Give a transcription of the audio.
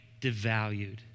devalued